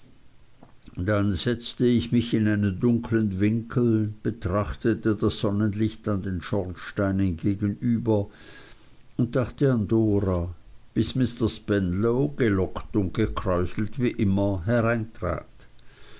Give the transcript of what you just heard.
dann setzte ich mich in einen dunkeln winkel betrachtete das sonnenlicht an den schornsteinen gegenüber und dachte an dora bis mr spenlow gelockt und gekräuselt wie immer hereintrat